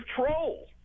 troll